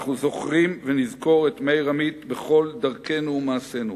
אנחנו זוכרים ונזכור את מאיר עמית בכל דרכינו ומעשינו.